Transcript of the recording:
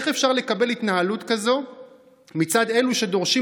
איך אפשר לקבל התנהלות כזו מצד אלה שדורשים